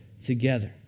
together